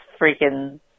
freaking